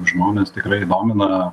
žmones tikrai domina